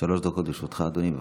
דקות לרשותך, אדוני.